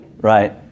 right